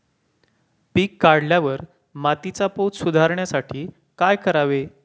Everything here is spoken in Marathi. पीक काढल्यावर मातीचा पोत सुधारण्यासाठी काय करावे?